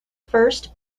first